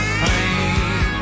pain